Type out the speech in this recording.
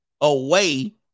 away